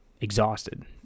exhausted